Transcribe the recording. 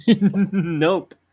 Nope